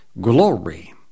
glory